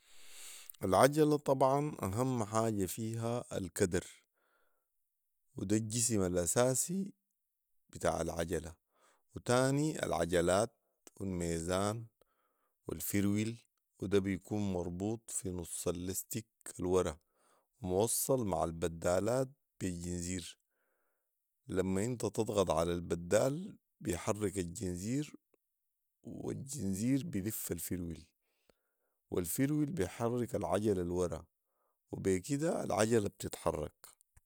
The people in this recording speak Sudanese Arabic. العجله طبعا اهم حاجه فيها الكدر وده الجسم الاساسي بتاع العجله وتاني العجلات والميزان والفرول وده بيكون مربوط في نص اللستك الورا وموصل مع البدالات بي جنزير لما انت تضغط علي البدال بيحرك الجنزير و الجنزير بيلف الفرول والفرول بيحرك العجل الورا وبي كده العجله بتتحرك